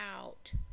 out